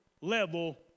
level